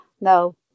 no